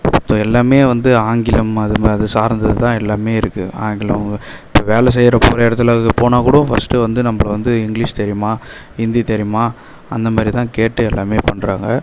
இப்போ எல்லாமே வந்து ஆங்கிலம் அது மாரி அது சார்ந்து தான் எல்லாமே இருக்கு ஆங்கிலம் இப்போ வேலை செய்யற போகற இடத்துல போனால் கூட ஃபர்ஸ்ட்டு வந்து நம்பளை வந்து இங்கிலீஷ் தெரியுமா ஹிந்தி தெரியுமா அந்த மேரி தான் கேட்டு எல்லாமே பண்ணுறாங்க